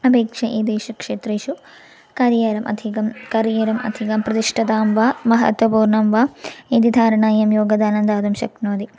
अपेक्षते एतेषु क्षेत्रेषु कार्यम् अधिकं करणीरम् अधिगं प्रतिष्ठां वा महत्वपूर्णां वा इति धारणायां योगदानं दातुं शक्नोति